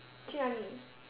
去哪里